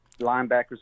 linebackers